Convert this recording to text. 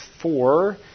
four